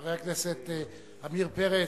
חבר הכנסת עמיר פרץ,